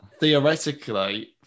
Theoretically